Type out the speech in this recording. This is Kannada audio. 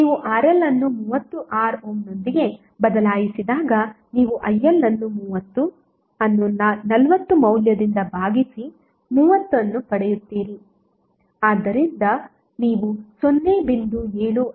ನೀವು RL ಅನ್ನು 36 ಓಮ್ನೊಂದಿಗೆ ಬದಲಾಯಿಸಿದಾಗ ನೀವು IL ಅನ್ನು 30 ಅನ್ನು 40 ಮೌಲ್ಯದಿಂದ ಭಾಗಿಸಿ 30 ಅನ್ನು ಪಡೆಯುತ್ತೀರಿ ಆದ್ದರಿಂದ ನೀವು 0